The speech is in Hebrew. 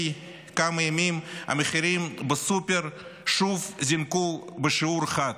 כמה ימים המחירים בסופר שוב זינקו בשיעור חד,